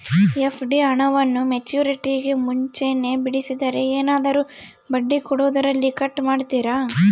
FD ಹಣವನ್ನು ಮೆಚ್ಯೂರಿಟಿಗೂ ಮುಂಚೆನೇ ಬಿಡಿಸಿದರೆ ಏನಾದರೂ ಬಡ್ಡಿ ಕೊಡೋದರಲ್ಲಿ ಕಟ್ ಮಾಡ್ತೇರಾ?